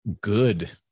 good